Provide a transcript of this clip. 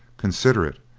considerate,